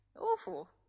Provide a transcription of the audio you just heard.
Awful